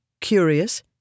curious